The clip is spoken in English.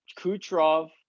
Kucherov